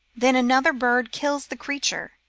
then another bird kills the creature,